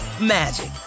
magic